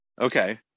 okay